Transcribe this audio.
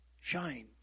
shined